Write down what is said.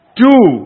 two